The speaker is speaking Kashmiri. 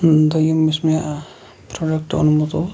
دۄیم یُس مےٚ پروڈکٹ اوٚنمُت اوس